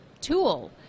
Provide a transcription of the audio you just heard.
tool